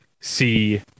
see